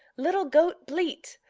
little goat, bleat!